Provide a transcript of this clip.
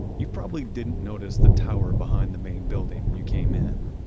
you probably didn't notice the tower behind the main building when you came in.